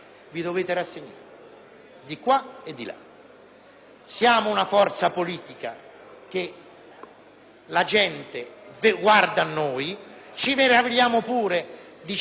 la gente guarda a noi; ci meravigliamo pure di certi consensi e di certi dati e qualcuno ci deve sopportare. Vi diciamo